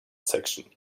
section